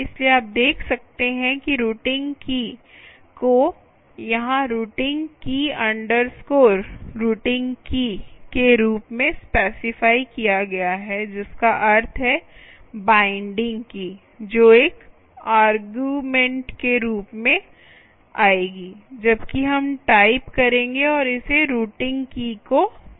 इसलिए आप देख सकते हैं कि रूटिंग की को यहां routing key routing key routing key routing key के रूप में स्पेसिफाई किया गया है जिसका अर्थ है बाईंडिंग की जो एक आर्गुमेंट के रूप में आएगी जबकि हम टाइप करेंगे और इसे रूटिंग की को दिया जाएगा